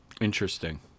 Interesting